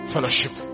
fellowship